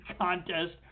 contest